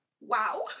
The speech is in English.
Wow